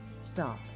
Stop